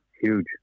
huge